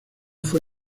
fue